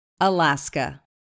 Alaska